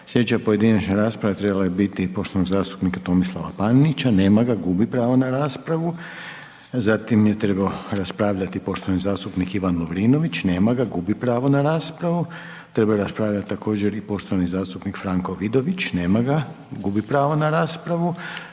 Sljedeća pojedinačna rasprava trebala je biti poštovanog zastupnika Tomislava Panenića, nema ga. Gubi pravo na raspravu. Zatim je trebao raspravljati poštovani zastupnik Ivan Lovrinović, nema ga, gubi pravo na raspravu. Trebao je raspravljati također i poštovani zastupnik Franko Vidović, nema ga, gubi pravo na raspravu,